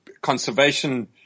conservation